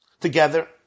together